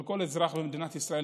של כל אזרח במדינת ישראל,